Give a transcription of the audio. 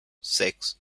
six